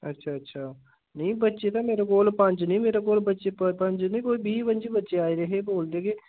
अच्छा अच्छा नेईं बच्चे ते मेरे कोल पंज नी मेरे कोल बच्चे पंज नी कोई बीह् पंजी बच्चे आए दे हे बोलदे कि